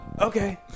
Okay